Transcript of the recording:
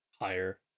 higher